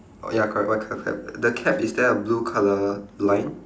oh ya correct white colour cap the cap is there a blue colour line